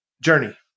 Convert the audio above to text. Journey